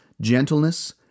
gentleness